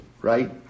right